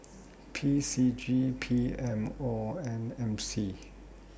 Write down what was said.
P C G P M O and M C